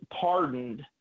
pardoned